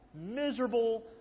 miserable